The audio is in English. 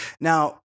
Now